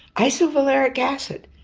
isovaleric acid,